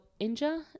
Inja